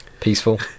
peaceful